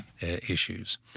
issues